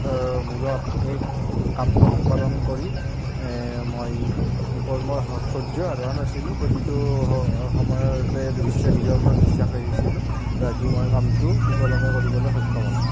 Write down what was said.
মূৰত এই কামটো সম্পাদন কৰি মই ব্ৰহ্ম ঐশ্বৰ্যৰ সাধনা কৰিছিলোঁ প্ৰতিটো সময়তে বিশ্ৱে নিজৰ ওপৰত বিশ্বাস ৰাখিছিলোঁ ৰাখি মই কামটো সুকলমে কৰিবলৈ সক্ষম হ'লোঁ